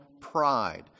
pride